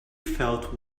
felt